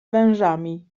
wężami